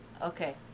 Okay